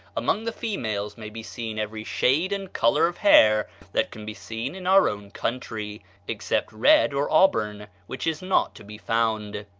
among the females may be seen every shade and color of hair that can be seen in our own country except red or auburn, which is not to be found.